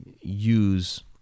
use